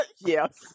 Yes